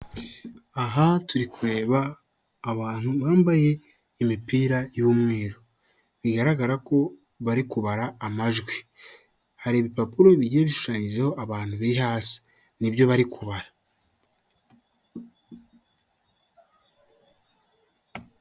Aha turi kureba abantu bambaye imipira y'umweru bigaragara ko bari kubara amajwi hari ibipapuro bigiye bishushanyijeho abantu biri hasi n'ibyo bari kubara.